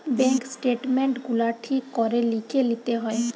bank statement গুলা ঠিক করে লিখে লিতে হয়